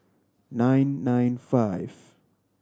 nine nine five